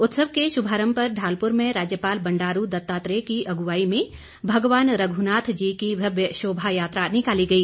उत्सव के शुभारंभ पर ढालपुर में राज्यपाल बंडारू दत्तात्रेय की अगुवाई में भगवान रघुनाथ जी की भव्य शोभा यात्रा निकाली गई